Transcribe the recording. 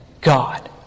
God